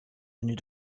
venus